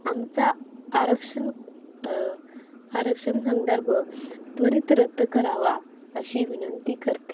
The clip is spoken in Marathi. आमचा आरक्षण आरक्षण संदर्भ त्वरित रद्द करावा अशी विनंती करते